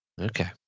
Okay